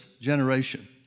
generation